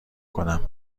کنم